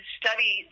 study